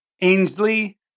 Ainsley